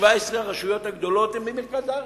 17 הרשויות הגדולות הן ממרכז הארץ.